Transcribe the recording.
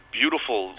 beautiful